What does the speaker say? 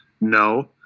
No